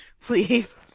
please